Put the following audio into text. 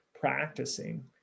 practicing